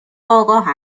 آگاه